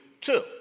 Two